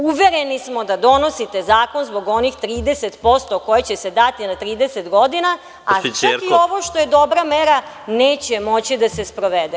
Uvereni smo da donosite zakon zbog onih 30'% koje će se dati na 30 godina, a čak i ovo što je dobra mera neće moći da se sprovede.